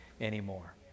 anymore